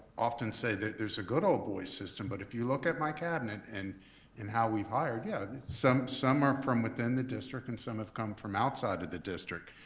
often say that there's a good ol' boys system. but if you look at my cabinet and and how we've hired, yeah some some are from within the district and some have come from outside of the district.